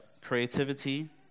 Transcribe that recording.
creativity